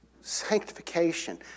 sanctification